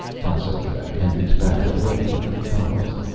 tasso dragged hendricks back, away from the columns.